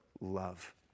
love